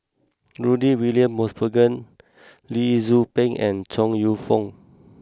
Rudy William Mosbergen Lee Tzu Pheng and Chong you Fook